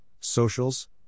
socials